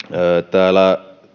täällä